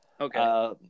Okay